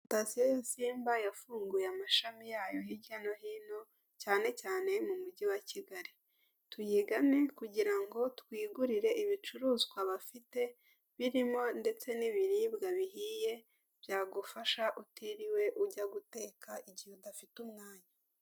Sitasiyo ya Simba yafunguye amashami yayo hirya no hino, cyane cyane mu mujyi wa Kigali. Tuyigane kugira ngo twigurire ibicuruzwa bafite, birimo ndetse n'ibiribwa bihiye, byagufasha utiriwe ujya guteka igihe udafite umwanya.